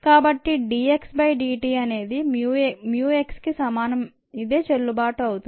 కాబట్టి dx dt అనేది mu xకి సమానం ఇదే చెల్లుబాటు అవుతుంది